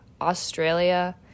Australia